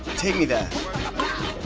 take me there.